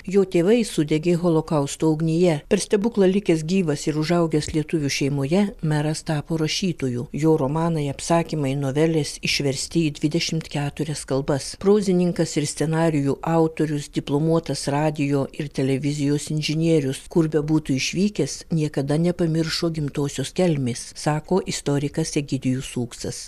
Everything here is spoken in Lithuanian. jo tėvai sudegė holokausto ugnyje per stebuklą likęs gyvas ir užaugęs lietuvių šeimoje meras tapo rašytoju jo romanai apsakymai novelės išversti į dvidešim keturias kalbas prozininkas ir scenarijų autorius diplomuotas radijo ir televizijos inžinierius kur bebūtų išvykęs niekada nepamiršo gimtosios kelmės sako istorikas egidijus ūksas